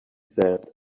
said